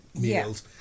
meals